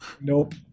Nope